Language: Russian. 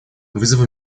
вызовы